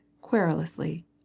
querulously